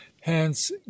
hence